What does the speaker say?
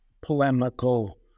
polemical